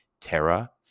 terra